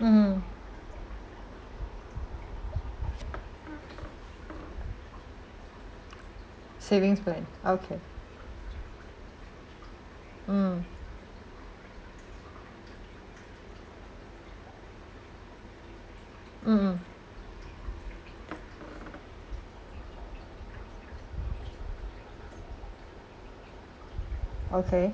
mm mmhmm savings plan okay mm mmhmm okay